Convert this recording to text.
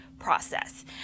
Process